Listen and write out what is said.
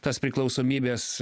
tas priklausomybės